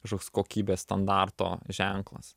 kažkoks kokybės standarto ženklas